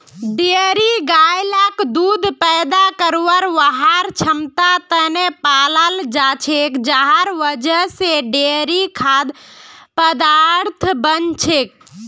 dairy गाय लाक दूध पैदा करवार वहार क्षमतार त न पालाल जा छेक जहार वजह से डेयरी खाद्य पदार्थ बन छेक